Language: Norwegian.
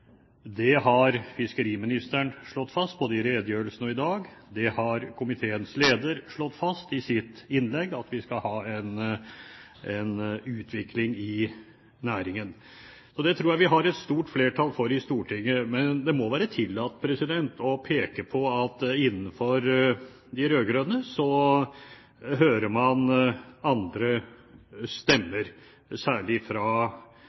Det har fiskeriministeren slått fast, både i redegjørelsen og i dag. Komiteens leder slo fast i sitt innlegg at vi skal ha en utvikling i næringen. Og det tror jeg vi har et stort flertall for i Stortinget. Men det må være tillatt å peke på at man innenfor de rød-grønne hører andre stemmer, særlig fra